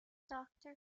doctor